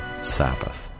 Sabbath